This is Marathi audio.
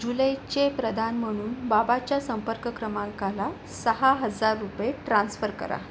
जुलैचे प्रदान म्हणून बाबाच्या संपर्क क्रमांकाला सहा हजार रुपये ट्रान्स्फर करा